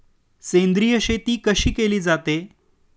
सेंद्रिय शेती कशी केली जाते?